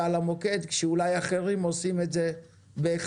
על המוקד כאשר אולי אחרים עושים את זה בהיחבא.